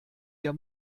ihr